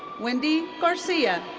wendy garcia.